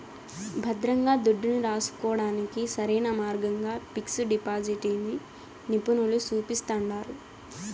భద్రంగా దుడ్డుని రాసుకోడానికి సరైన మార్గంగా పిక్సు డిపాజిటిని నిపునులు సూపిస్తండారు